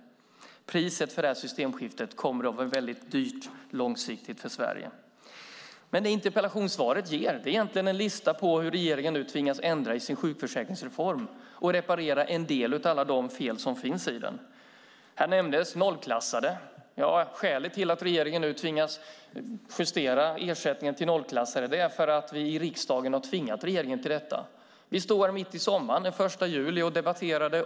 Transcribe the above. Priset för detta systemskifte kommer att vara väldigt högt för Sverige långsiktigt. Det interpellationssvaret ger är egentligen en lista på hur regeringen nu tvingas ändra i sin sjukförsäkringsreform och reparera en del av alla de fel som finns i den. Här nämndes nollklassade. Skälet till att regeringen nu tvingas justera ersättningen till nollklassade är att vi i riksdagen har tvingat regeringen till detta. Vi stod här och debatterade mitt i sommaren, den 1 juli.